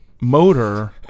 motor